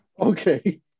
Okay